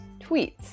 tweets